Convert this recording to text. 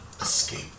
escape